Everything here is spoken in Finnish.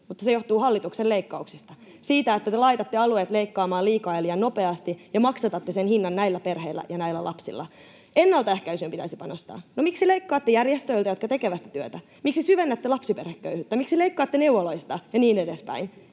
mutta se johtuu hallituksen leikkauksista, siitä, että te laitatte alueet leikkaamaan liikaa ja liian nopeasti ja maksatatte sen hinnan näillä perheillä ja näillä lapsilla. Ennaltaehkäisyyn pitäisi panostaa. No, miksi leikkaatte järjestöiltä, jotka tekevät sitä työtä? Miksi syvennätte lapsiperheköyhyyttä? Miksi leikkaatte neuvoloista ja niin edespäin?